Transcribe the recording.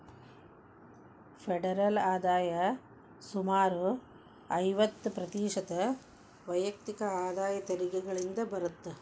federal ಆದಾಯ ಸುಮಾರು ಐವತ್ತ ಪ್ರತಿಶತ ವೈಯಕ್ತಿಕ ಆದಾಯ ತೆರಿಗೆಗಳಿಂದ ಬರತ್ತ